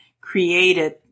created